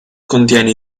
contiene